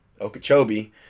Okeechobee